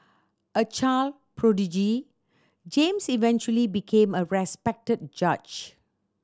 a child prodigy James eventually became a respected judge